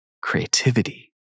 creativity